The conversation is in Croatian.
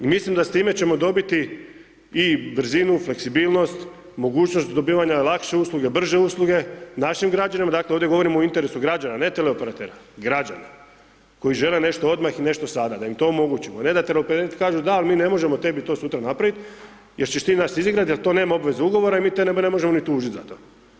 I mislim da s time ćemo dobiti i brzinu, fleksibilnost, mogućnost dobivanja lakše usluge, brže usluge našim građanima, dakle ovdje govorim o interesu građana, ne teleoperatera, građana koji žele nešto odmah i nešto sada, da im to omogućimo, a ne da teleoperater kaže da, ali mi ne možemo tebi to sutra napraviti jer ćeš ti nas izigrat, jer to nema obvezu ugovora i mi tebe ne možemo ni tužiti za to.